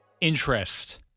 interest